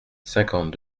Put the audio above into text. cinquante